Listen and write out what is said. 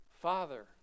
Father